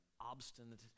obstinate